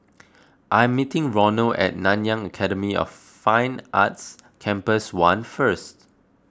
I am meeting Ronald at Nanyang Academy of Fine Arts Campus one first